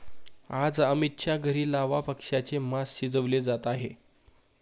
आज अमितच्या घरी लावा पक्ष्याचे मास शिजवले जात आहे